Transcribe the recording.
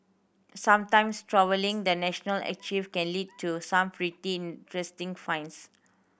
sometimes trawling the national archive can lead to some pretty interesting finds